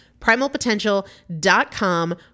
Primalpotential.com